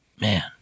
man